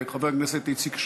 חבר הכנסת איציק שמולי,